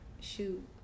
shoot